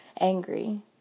angry